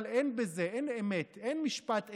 אבל אין בזה, אין אמת, אין משפט אמת.